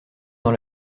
dans